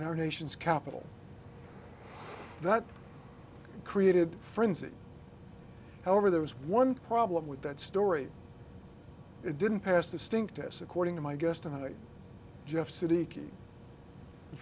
our nation's capital that created frenzy however there was one problem with that story it didn't pass the stink test according to my guest tonight jeff city in